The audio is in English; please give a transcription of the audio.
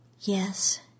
Yes